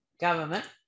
government